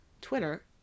Twitter